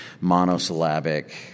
monosyllabic